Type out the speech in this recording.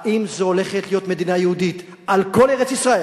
האם זו הולכת להיות מדינה יהודית על כל ארץ-ישראל,